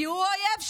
כי הוא אויב שלי,